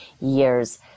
years